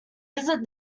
visit